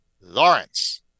Lawrence